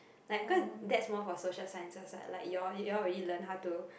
like cause that's more for social science what like you all you all already learn how to